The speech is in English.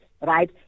Right